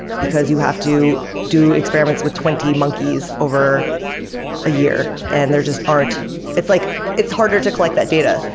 because you have to do experiments with twenty monkeys over a year and there just aren't it's like it's harder to collect that data.